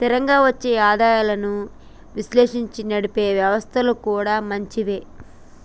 స్థిరంగా వచ్చే ఆదాయాలను విశ్లేషించి నడిపే వ్యవస్థలు కూడా మంచివే